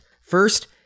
First